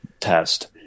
test